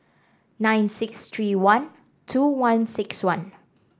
nine six three one two one six one